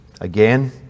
again